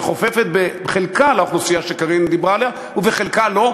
שחופפת בחלקה את האוכלוסייה שקארין דיברה עליה ובחלקה לא,